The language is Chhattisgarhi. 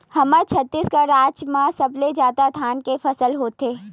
हमर छत्तीसगढ़ राज म सबले जादा धान के फसल होथे